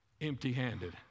empty-handed